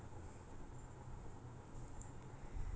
ya actually ya it is